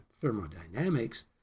thermodynamics